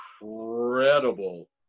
incredible